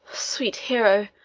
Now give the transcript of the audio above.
sweet hero!